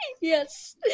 Yes